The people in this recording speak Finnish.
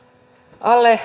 alle